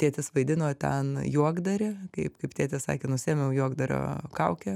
tėtis vaidino ten juokdarį kaip kaip tėtis sakė nusiėmiau juokdario kaukę